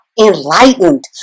enlightened